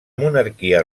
monarquia